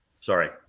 Sorry